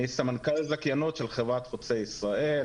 אני סמנכ"ל זכיינות של חברת חוצה ישראל,